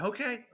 Okay